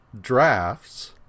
drafts